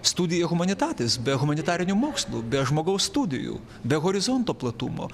studija humanitatis be humanitarinių mokslų be žmogaus studijų be horizonto platumo